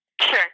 Sure